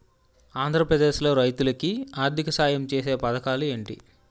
ఆంధ్రప్రదేశ్ లో రైతులు కి ఆర్థిక సాయం ఛేసే పథకాలు ఏంటి?